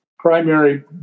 primary